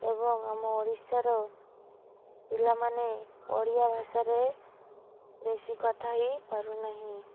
ଏବଂ ଆମ ଓଡ଼ିଶାର ପିଲାମାନେ ଓଡ଼ିଆ ଭାଷାରେ ବେଶୀ କଥା ହେଇପାରୁ ନାହିଁ